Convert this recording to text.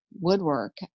woodwork